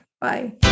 bye